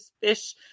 Fish